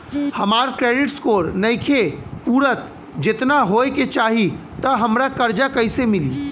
हमार credit score नईखे पूरत जेतना होए के चाही त हमरा कर्जा कैसे मिली?